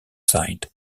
site